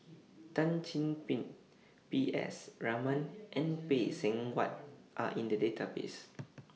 Tan Chin Bin P S Raman and Phay Seng Whatt Are in The Database